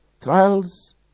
Trials